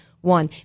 one